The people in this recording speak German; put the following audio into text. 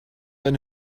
eine